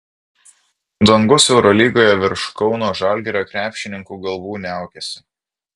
dangus eurolygoje virš kauno žalgirio krepšininkų galvų niaukiasi